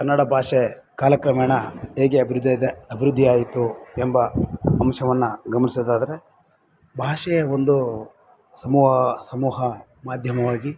ಕನ್ನಡ ಭಾಷೆ ಕಾಲಕ್ರಮೇಣ ಹೇಗೆ ಅಭಿವೃದ್ದಿ ಇದೆ ಅಭಿವೃದ್ದಿ ಆಯಿತು ಎಂಬ ಅಂಶವನ್ನು ಗಮನಿಸೋದಾದ್ರೆ ಭಾಷೆಯ ಒಂದು ಸಮೂಹ ಸಮೂಹ ಮಾಧ್ಯಮವಾಗಿ